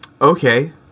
Okay